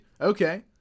Okay